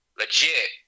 legit